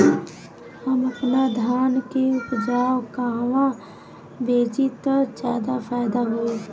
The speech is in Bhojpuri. हम अपने धान के उपज कहवा बेंचि त ज्यादा फैदा होई?